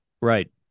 right